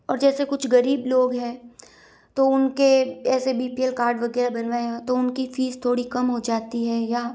और जैसे कुछ गरीब लोग हैं तो उनके ऐसे बी पी एल कार्ड वगैरह बनवाए हैं तो उनकी फ़ीस थोड़ी कम हो जाती है या